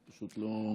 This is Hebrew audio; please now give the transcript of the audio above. פשוט לא שומעים.